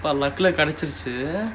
luck lah கிடைச்சிடுச்சி:kidaichiduchi